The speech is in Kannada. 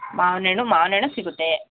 ಮಾವ್ನಣ್ಣು ಮಾವ್ನಣ್ಣು ಸಿಗುತ್ತೆ